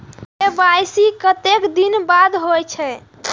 KYC कतेक दिन बाद होई छै?